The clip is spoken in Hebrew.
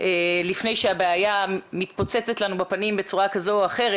לפני שהבעיה מתפוצצת לנו בפנים בצורה כזו או אחרת